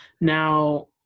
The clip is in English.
now